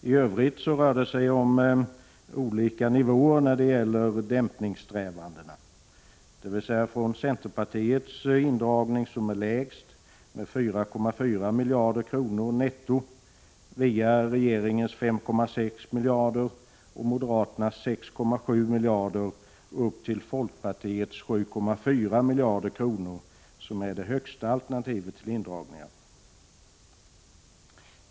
I övrigt rör det sig om olika nivåer när det gäller dämpningssträvandena, från centerpartiets indragning, som är lägst, med 4,4 miljarder netto, via regeringens 5,6 miljarder och moderaternas 6,7 miljarder och upp till folkpartiets 7,4 miljarder, som är det högsta alternativet till indragningar.